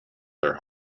their